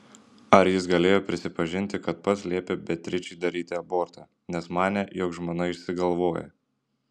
ar jis galėjo prisipažinti kad pats liepė beatričei daryti abortą nes manė jog žmona išsigalvoja